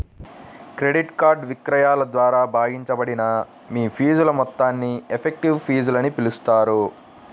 credit card విక్రయాల ద్వారా భాగించబడిన మీ ఫీజుల మొత్తాన్ని ఎఫెక్టివ్ ఫీజులని పిలుస్తారు